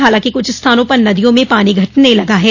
हालांकि कुछ स्थानों पर नदियों में पानी घटने लगा है